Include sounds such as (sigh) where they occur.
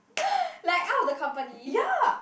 (breath) like out of the company